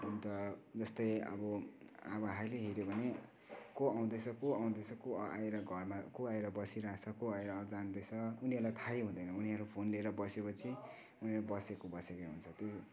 अन्त जस्तै अब अब अहिले हेऱ्यो भने को आउँदैछ को आउँदैछ को आएर घरमा को आएर बसिरहेछ को जाँदै छ उनीहरूलाई थाहै हुँदैन उनीहरू फोन लिएर बस्यो पछि उनीहरू बसेको बसेकै हुन्छ त्यो